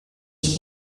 kommt